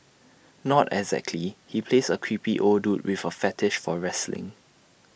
not exactly he plays A creepy old dude with A fetish for wrestling